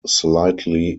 slightly